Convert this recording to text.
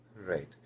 Right